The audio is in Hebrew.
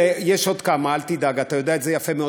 יש עוד כמה, אל תדאג, אתה יודע את זה יפה מאוד.